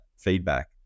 feedback